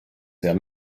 sehr